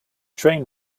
train